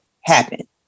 happen